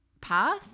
path